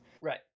Right